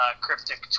cryptic